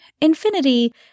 infinity